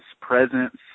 presence